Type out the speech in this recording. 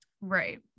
Right